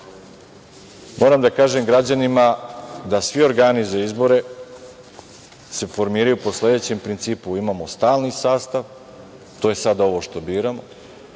moram da kažem građanima da svi organi za izbore se formiraju po sledećem principu. Imamo stalni sastav, to je sada ovo što biramo,